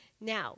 Now